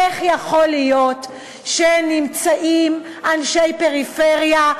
איך יכול להיות שנמצאים אנשי פריפריה,